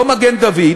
לא מגן-דוד,